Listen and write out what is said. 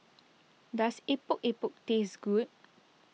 does Epok Epok taste good